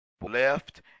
left